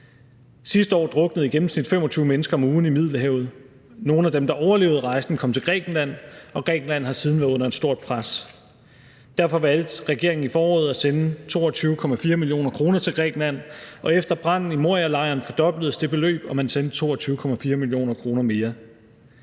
Sidste år druknede i gennemsnit 25 mennesker om ugen i Middelhavet. Nogle af dem, der overlevede rejsen, kom til Grækenland, og Grækenland har siden været under et stort pres. Derfor valgte regeringen i foråret at sende 22,4 mio. kr. til Grækenland, og efter branden i Morialejren fordobledes det beløb, og man sendte 22,4 mio. kr. mere.